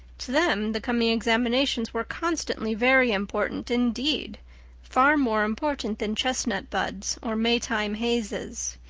to them the coming examinations were constantly very important indeed far more important than chestnut buds or maytime hazes.